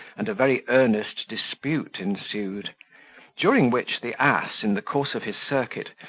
and a very earnest dispute ensued during which, the ass, in the course of his circuit,